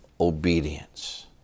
obedience